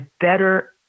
better